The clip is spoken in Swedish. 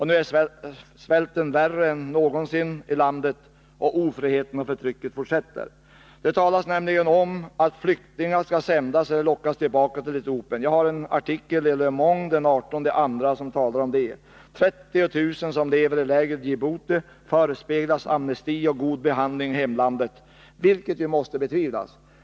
Nu är svälten i landet värre än någonsin, och ofriheten och förtrycket fortsätter. För det andra föranleddes min fråga av att det talas om att flyktingar skall sändas eller lockas tillbaka till Etiopien. I en artikel i Le Monde den 18 februari talas om detta. 30 000 flyktingar, som lever i läger i Djibouti, förespeglas amnesti och god behandling i hemlandet. — Detta måste betvivlas.